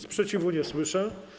Sprzeciwu nie słyszę.